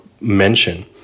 mention